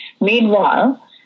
Meanwhile